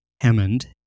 Hammond